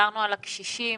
על הקשישים